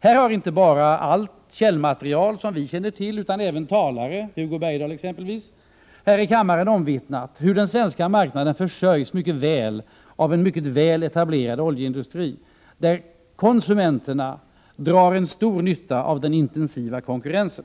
Det stärks inte bara av allt källmaterial som vi känner till utan det har även av talare här i kammaren, Hugo Bergdahl exempelvis, omvittnats att den svenska marknaden mycket väl försörjs av en väletablerad oljeindustri och att konsumenterna drar stor nytta av den hårda konkurrensen.